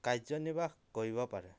কাৰ্যনিৰ্বাহ কৰিব পাৰে